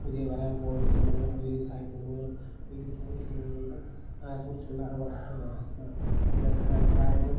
പുതിയ വരാൻ പോകുന്ന സിനിമകളും റിലീസായ സിനിമകളും റിലീസായ സിനിമകളുടെ കുറിച്ചുള്ള അവ വിദഗ്ധരുടെ അഭിപ്രായങ്ങൾ